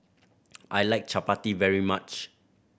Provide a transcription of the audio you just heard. I like Chapati very much